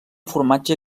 formatge